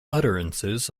utterances